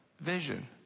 vision